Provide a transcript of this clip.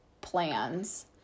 plans